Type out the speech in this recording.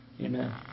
Amen